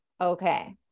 okay